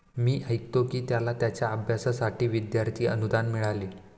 मी ऐकतो की त्याला त्याच्या अभ्यासासाठी विद्यार्थी अनुदान मिळाले